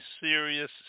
serious